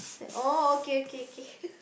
oh okay okay K